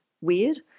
weird